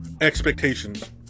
expectations